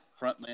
frontman